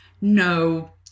no